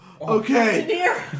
Okay